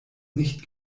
nicht